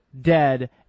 dead